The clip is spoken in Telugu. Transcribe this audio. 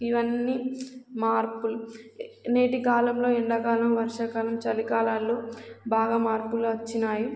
ఇవన్నీ మార్పులు నేటి కాలంలో ఎండాకాలం వర్షాకాలం చలికాలాల్లో బాగా మార్పులు వచ్చాయి